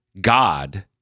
God